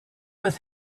with